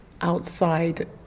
outside